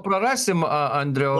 prarasim a andriau